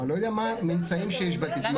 אני לא יודע מה הממצאים שיש בתיק,